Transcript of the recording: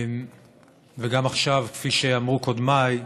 וגם עכשיו, כפי שאמרו קודמיי,